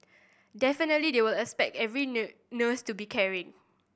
definitely they will expect every nurse to be caring